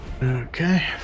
Okay